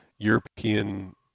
European